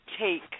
take